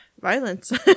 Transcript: violence